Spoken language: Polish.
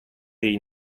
jej